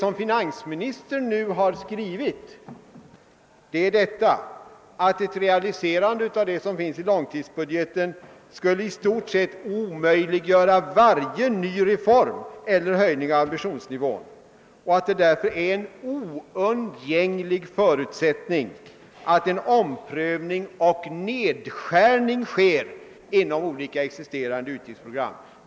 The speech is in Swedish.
Vad finansministern skrivit är att ett realiserande av det som står i långtidsbudgeten i stort sett skulle omöjliggöra varje ny reform eller höjning av ambitionsnivån och att det därför är en oundgänglig förutsättning att en omprövning och nedskärning göres av olika existerande utgiftsprogram.